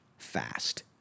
Fast